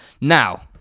now